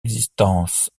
existence